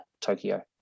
tokyo